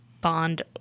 bond